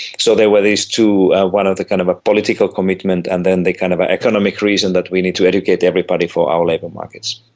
so there were these two, one of the kind of a political commitment, and then the kind of an economic reason that we need to educate everybody for our labour markets.